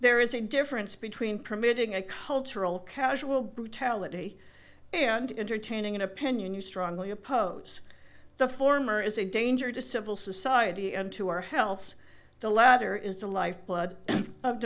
there is a difference between permitting a cultural casual brutality and entertaining an opinion you strongly oppose the former is a danger to civil society and to our health the latter is the lifeblood of